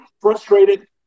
frustrated